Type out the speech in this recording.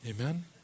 Amen